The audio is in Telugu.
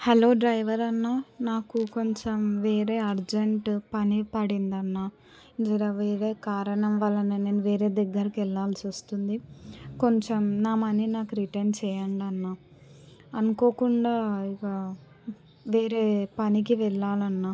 హలో డ్రైవర్ అన్న నాకు కొంచెం వేరే అర్జెంట్ పని పడింది అన్న జర వేరే కారణం వల్ల నేను వేరే దగ్గరికి వెళ్ళాల్సి వస్తుంది కొంచెం నా మనీ నాకు రిటర్న్ చేయండి అన్న అనుకోకుండా వా వేరే పనికి వెళ్ళాలన్నా